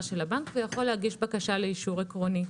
של הבנק ויכול להגיש בקשה לאישור עקרוני.